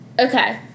okay